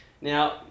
Now